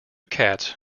cats